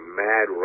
mad